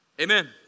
amen